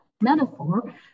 metaphor